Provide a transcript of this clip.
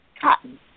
cotton